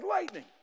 lightning